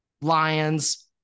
Lions